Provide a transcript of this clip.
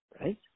right